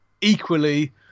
equally